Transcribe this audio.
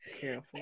careful